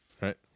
right